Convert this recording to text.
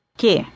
que